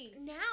Now